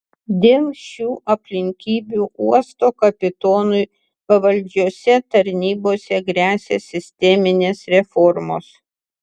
dėl šių aplinkybių uosto kapitonui pavaldžiose tarnybose gresia sisteminės reformos